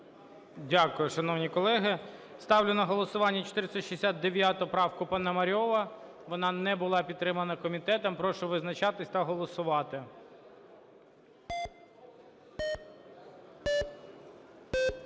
Дякую, шановні колеги. Ставлю на голосування 469 правку Пономарьова. Вона не була підтримана комітетом. Прошу визначатися та голосувати.